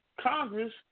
Congress